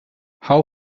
how